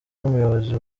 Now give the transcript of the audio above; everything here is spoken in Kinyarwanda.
n’umuyobozi